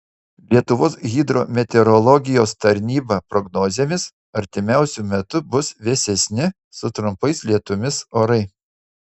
lietuvos hidrometeorologijos tarnyba prognozėmis artimiausiu metu bus vėsesni su trumpais lietumis orai